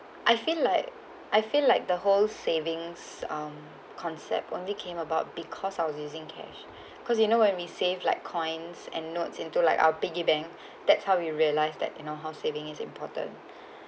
I feel like I feel like the whole savings um concept only came about because I was using cash because you know when we save like coins and notes into like our piggy bank that's how you realise that you know how saving is important